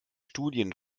studien